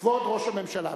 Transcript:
כבוד ראש הממשלה.